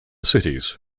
cities